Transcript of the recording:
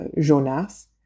Jonas